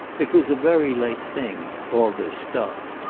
it was a very late thing, all this stuff.